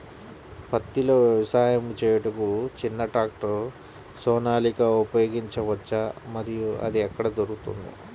పత్తిలో వ్యవసాయము చేయుటకు చిన్న ట్రాక్టర్ సోనాలిక ఉపయోగించవచ్చా మరియు అది ఎక్కడ దొరుకుతుంది?